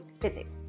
physics